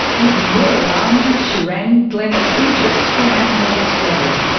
even more alarmed, she rang glenys oogjes from animals australia.